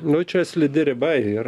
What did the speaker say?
nu čia slidi riba ir